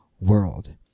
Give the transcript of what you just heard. world